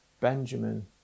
Benjamin